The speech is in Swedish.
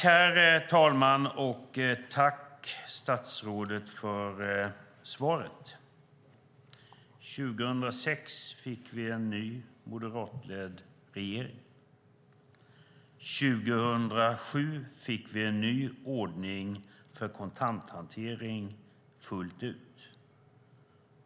Herr talman! Jag tackar statsrådet för svaret. 2006 fick vi en ny moderatledd regering. 2007 fick vi en ny ordning för kontanthantering fullt ut.